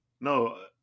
No